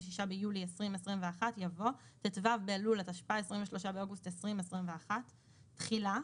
(26 ביולי 2021)" יבוא "ט"ו באלול התשפ"א (23 באוגוסט 2021). תחילה.